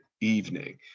evening